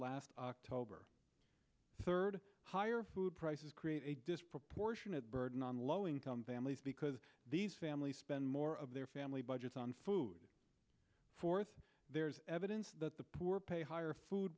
last october third higher food prices create a disproportionate burden on low income families because these families spend more of their family budget on food fourth there's evidence that the poor pay higher food